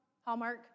Hallmark